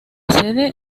sede